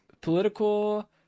political